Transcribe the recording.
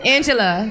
Angela